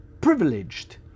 privileged